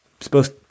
supposed